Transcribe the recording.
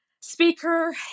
speaker